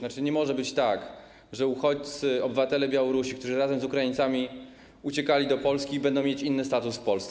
Nie może być tak, że uchodźcy, obywatele Białorusi, którzy razem z Ukraińcami uciekali do Polski, będą mieć inny status w Polsce.